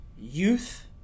youth